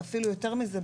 ואפילו יותר מזה,